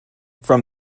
from